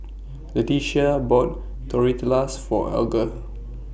Letitia bought Tortillas For Alger